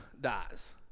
dies